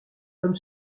comme